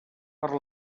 per